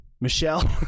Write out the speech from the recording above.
Michelle